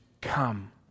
come